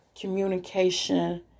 communication